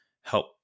help